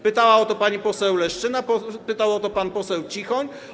Pytała o to pani poseł Leszczyna, pytał o to pan poseł Cichoń.